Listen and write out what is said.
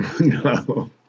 No